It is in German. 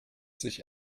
sich